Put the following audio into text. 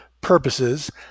purposes